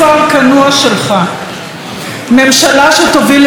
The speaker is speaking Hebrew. ממשלה שתוביל לסיפוח ולמדינה עם רוב מוסלמי,